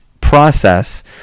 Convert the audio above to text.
process